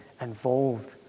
involved